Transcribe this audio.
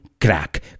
crack